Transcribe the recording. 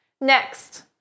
Next